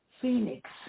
Phoenix